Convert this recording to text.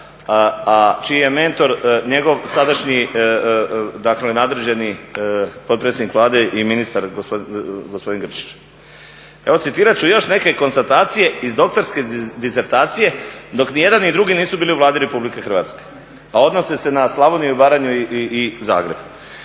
a čiji je mentor njegov sadašnji dakle nadređeni potpredsjednik Vlade i ministar gospodin Grčić. Evo citirati ću još neke konstatacije iz doktorske disertacije dok niti jedan ni drugi nisu bili u Vladi Republike Hrvatske a odnosi se na Slavoniju i Baranju i Zagreb.